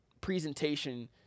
presentation